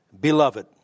Beloved